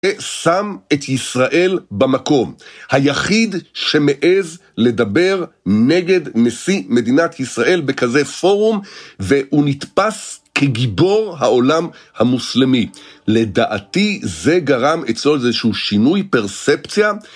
שם את ישראל במקום, היחיד שמעז לדבר נגד נשיא מדינת ישראל בכזה פורום והוא נתפס כגיבור העולם המוסלמי, לדעתי זה גרם אצלו איזשהו שינוי פרספציה